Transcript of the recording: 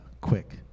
quick